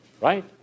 right